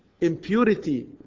impurity